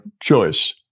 choice